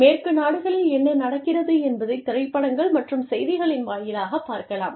மேற்கு நாடுகளில் என்ன நடக்கிறது என்பதை திரைப்படங்கள் மற்றும் செய்திகளின் வாயிலாகப் பார்க்கலாம்